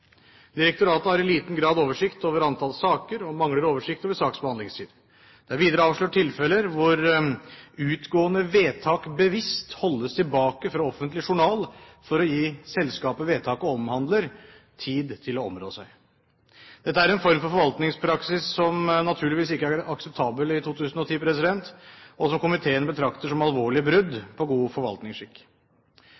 Direktoratet har i liten grad oversikt over antall saker og mangler oversikt over saksbehandlingstid. Det er videre avslørt tilfeller hvor utgående vedtak bevisst holdes tilbake fra offentlig journal for å gi selskapet vedtaket omhandler, tid til å områ seg. Dette er en form for forvaltningspraksis som naturligvis ikke er akseptabel i 2010, og som komiteen betrakter som alvorlig brudd